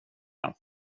jag